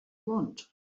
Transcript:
want